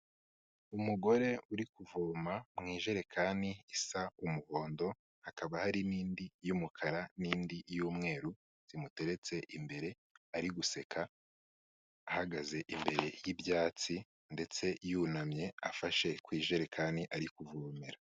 Umugore uri kuvoma mu ijerekani isa umuhondo, hakaba hari n'indi y'umukara n'indi y'umweru zimuteretse imbere ari guseka, ahagaze imbere y'ibyatsi ndetse yunamye afashe ku ijerekani ari kuvomera.